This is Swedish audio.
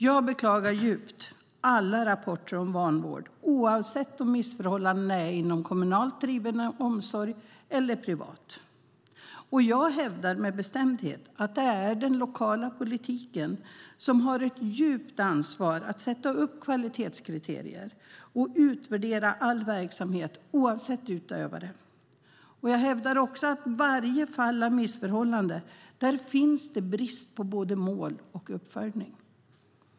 Jag beklagar djupt alla rapporter om vanvård, oavsett om missförhållandena skett inom kommunalt eller privat driven omsorg. Jag hävdar med bestämdhet att det är den lokala politiken som har ett stort ansvar för att sätta upp kvalitetskriterier och utvärdera all verksamhet oavsett utövare. Jag hävdar också att det vid varje fall av missförhållande finns brister i både mål och uppföljning.